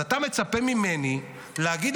אז אתה מצפה ממני להגיד,